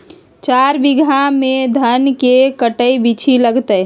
चार बीघा में धन के कर्टन बिच्ची लगतै?